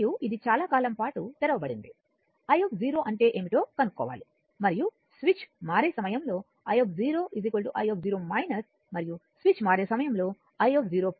మరియు ఇది చాలా కాలం పాటు తెరవబడింది i అంటే ఏమిటో కనుక్కోవాలి మరియు స్విచ్ మారే సమయంలో i i మరియు స్విచ్ మారే సమయంలో i0 మారదు